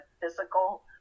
physical